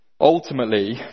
ultimately